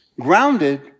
grounded